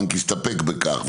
והבנק הסתפק בכך,